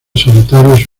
solitarios